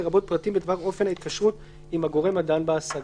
לרבות פרטים בדבר אופן ההתקשרות עם הגורם הדן בהשגה.